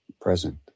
present